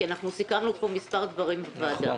כי אנחנו סיכמנו פה מספר דברים בוועדה.